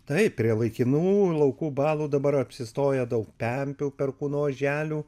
taip prie laikinų laukų balų dabar apsistoję daug pempių perkūno oželių